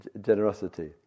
generosity